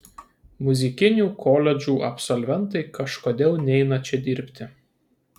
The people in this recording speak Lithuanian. muzikinių koledžų absolventai kažkodėl neina čia dirbti